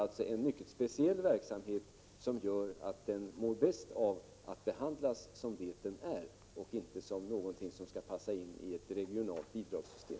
Den har en mycket speciell inriktning, som gör att den mår bäst av att behandlas som det som den är, inte som något som skall passas in i ett regionalt bidragssystem.